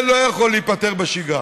זה לא יכול להיפתר בשגרה.